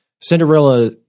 Cinderella